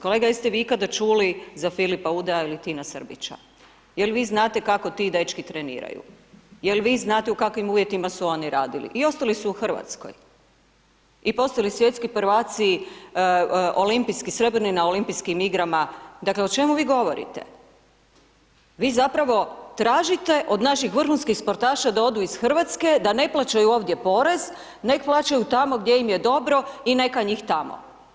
Kolega jeste vi ikada čuli za Filipa Udaja ili Tina Srbića, jel vi znate kako ti dečki treniraju, jel vi znate u kakvim uvjetima su oni radili i ostali su u Hrvatskoj i postali svjetski prvaci srebrni na olimpijskim igrama, dakle o čemu vi govorite, vi zapravo tražite od naših vrhunskih sportaša da odu iz Hrvatske, da ne plaćaju ovdje porez, neg plaćaju tamo gdje im je dobro i neka njih tamo.